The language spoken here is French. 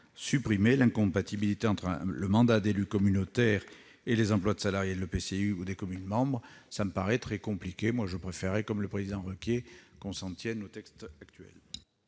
supprimer l'incompatibilité entre le mandat d'élu communautaire et l'exercice d'un emploi de salarié de l'EPCI ou des communes membres ? Cela me paraît très compliqué. Je préférerais, comme le président Requier, qu'on s'en tienne au texte actuel.